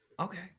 Okay